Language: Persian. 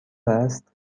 است